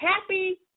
Happy